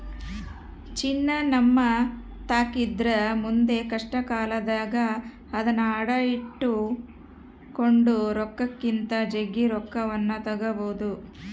ಚಿನ್ನ ನಮ್ಮತಾಕಿದ್ರ ಮುಂದೆ ಕಷ್ಟಕಾಲದಾಗ ಅದ್ನ ಅಡಿಟ್ಟು ಕೊಂಡ ರೊಕ್ಕಕ್ಕಿಂತ ಜಗ್ಗಿ ರೊಕ್ಕವನ್ನು ತಗಬೊದು